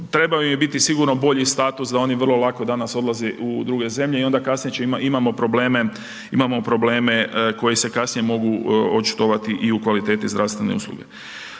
trebao im je biti sigurno bolji status da oni vrlo lako danas odlaze u druge zemlje i onda kasnije imamo probleme, imamo probleme koji se kasnije mogu očitovati i u kvaliteti zdravstvene usluge.